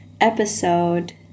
episode